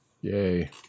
yay